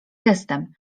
gestem